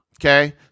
okay